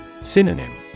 Synonym